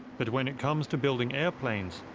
but when it comes to building airplanes,